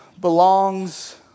belongs